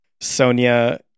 Sonia